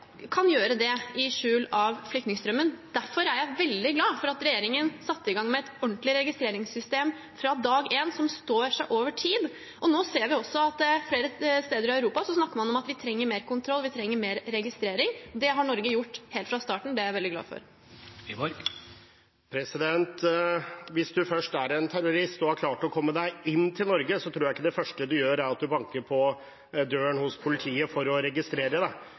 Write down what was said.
kan gjøre det i skjul av flyktningstrømmen. Derfor er jeg veldig glad for at regjeringen satte i gang med et ordentlig registreringssystem fra dag én som står seg over tid. Nå ser vi også at flere steder i Europa snakker man om at man trenger mer kontroll, man trenger mer registrering. Det har Norge gjort helt fra starten – og det er jeg veldig glad for. Erlend Wiborg – til oppfølgingsspørsmål. Hvis du først er en terrorist og har klart å komme deg inn til Norge, tror jeg ikke det første du gjør er å banke på døren hos politiet for å registrere deg. Det